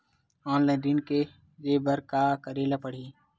Online ऋण करे बर का करे ल पड़हि?